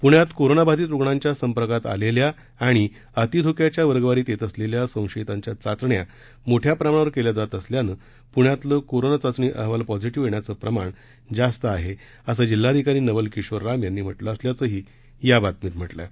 पृण्यात कोरोनाबाधित रुग्णांच्या संपर्कात आलेल्या आणि अति धोक्याच्या वर्गवारित येत असलेल्या संशियतांच्या चाचण्या मोठ्या प्रमाणावर केल्या जात असल्यानं पुण्यातलं कोरोना चाचणी अहवाल पॉझीटीव्ह येण्याचं प्रमाण जास्त असल्याचं जिल्हाधिकारी नवल किशोर राम यांनी म्हटलं असल्याचंही या बातमीत म्हटलं आहे